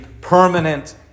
permanent